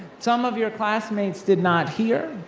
some of your classmates did not here,